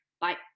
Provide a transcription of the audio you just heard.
Bye